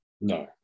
No